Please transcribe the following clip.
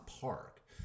park